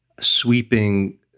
sweeping